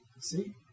See